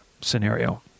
scenario